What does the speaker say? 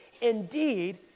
Indeed